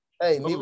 Hey